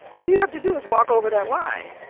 all you have to do is walk over that line,